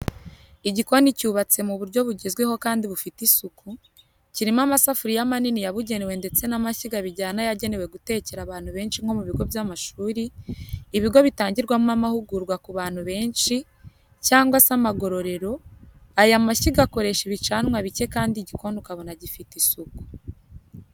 Igikoni cyubatse mu buryo bugezweho kandi bufite isuku, kirimo amasafuriya manini yabugenewe ndetse n'amashyiga bijyana yagenewe gutekera abantu benshi nko mu bigo by'amashuri, ibigo bitangirwamo amahugurwa ku bantu benshi, cyangwa se amagororero, aya mashyiga akoresha ibicanwa bike kandi igikoni ukabona gifite isuku.